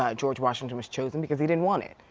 ah george washington was chosen. because he didn't want it.